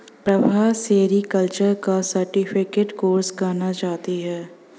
Prabha sericulture का certificate course करना चाहती है